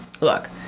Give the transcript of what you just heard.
look